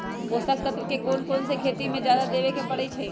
पोषक तत्व क कौन कौन खेती म जादा देवे क परईछी?